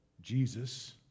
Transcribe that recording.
Jesus